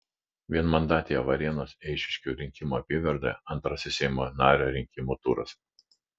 vienmandatėje varėnos eišiškių rinkimų apygardoje antrasis seimo nario rinkimų turas